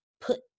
put